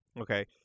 Okay